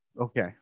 okay